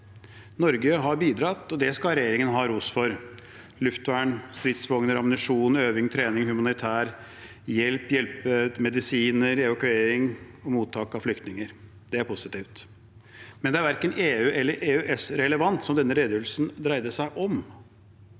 Norge har bidratt – og det skal regjeringen ha ros for – med luftvern, stridsvogner, ammunisjon, øving, trening, humanitær hjelp, medisiner, evakuering og mottak av flyktninger. Det er positivt, men det er verken EU- eller EØS-relevant – som denne redegjørelsen dreide seg om.